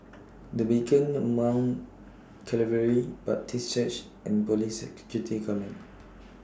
The Beacon The Mount Calvary Baptist Church and Police Security Command